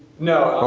no,